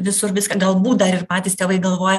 visur viską galbūt dar ir patys tėvai galvoja